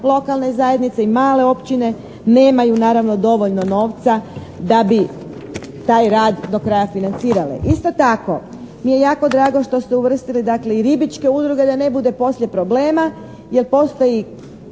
lokalne zajednice i male općine nemaju naravno dovoljno novca da bi taj rad do kraja financirale. Isto tako mi je jako drago što ste uvrstili dakle i ribičke udruge da ne bude poslije problema jer postoji